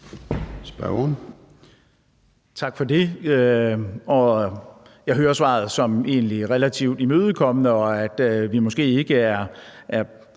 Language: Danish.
Bach (LA): Tak for det. Jeg hører egentlig svaret som relativt imødekommende, og at vi måske ikke er